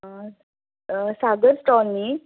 सागर stall न्ही